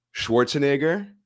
schwarzenegger